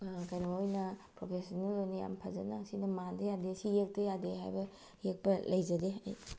ꯀꯩꯅꯣ ꯑꯣꯏꯅ ꯄ꯭ꯔꯣꯐꯦꯁꯅꯦꯜ ꯑꯣꯏꯅ ꯌꯥꯝ ꯐꯖꯅ ꯁꯤꯅ ꯃꯥꯟꯗ ꯌꯥꯗꯦ ꯁꯤ ꯌꯦꯛꯇ ꯌꯥꯗꯦ ꯍꯥꯏꯕ ꯌꯦꯛꯄ ꯂꯩꯖꯗꯦ ꯑꯩ